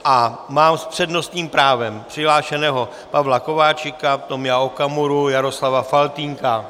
A mám s přednostním právem přihlášeného Pavla Kováčika, Tomia Okamuru, Jaroslava Faltýnka.